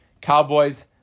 Cowboys